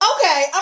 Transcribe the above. Okay